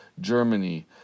Germany